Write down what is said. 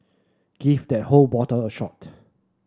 give that whole bottle a shot